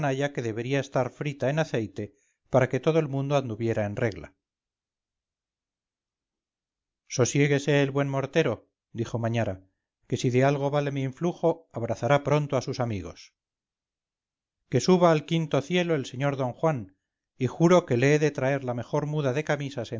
que debería estar frita en aceite para que todo el mundo anduviera en regla sosiéguese el buen mortero dijo mañara que si de algo vale mi influjo abrazará pronto a sus amigos que suba al quinto cielo el sr d juan y juro que le he de traer la mejor muda de camisas